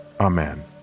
Amen